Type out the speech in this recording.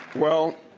well,